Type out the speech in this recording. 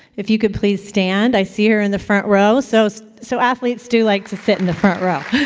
if you could please stand i see her in the front row. so so so athletes do like to sit in the front row